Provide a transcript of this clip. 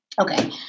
Okay